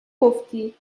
گفتی